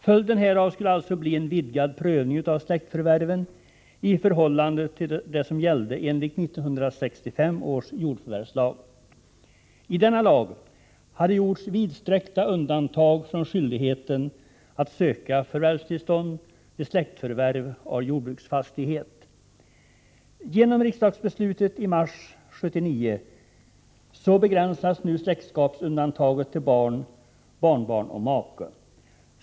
Följden härav skulle alltså bli en vidgad prövning av släktförvärven i förhållande till vad som gällde enligt 1965 års jordförvärvslag. I denna lag hade gjorts vidsträckta undantag från skyldigheten att söka Genom riksdagsbeslutet i mars 1979 begränsas släktskapsundantaget till barn, barnbarn och make.